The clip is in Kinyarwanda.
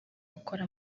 gukora